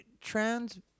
trans